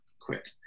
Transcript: Quit